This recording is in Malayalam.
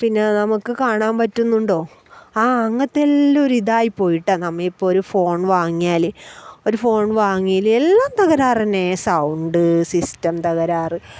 പിന്നെ നമുക്ക് കാണാൻ പറ്റുന്നുണ്ടോ ആ അങ്ങനത്തെ എല്ലാം ഒരിതായി പോയിട്ട് നമ്മൾ ഇപ്പം ഒരു ഫോൺ വാങ്ങിയാൽ ഒരു ഫോൺ വാങ്ങിയതിൽ എല്ലാം തകരാറ് തന്നെ സൗണ്ട് സിസ്റ്റം തകരാറ്